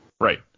Right